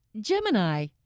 Gemini